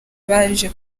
baje